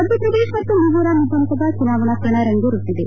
ಮಧ್ಯೆಪ್ರದೇಶ ಮತ್ತು ಮಿಜೋರಾಂ ವಿಧಾನಸಭಾ ಚುನಾವಣಾ ಕಣ ರಂಗೇರುತ್ತಿದೆ